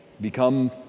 become